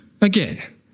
again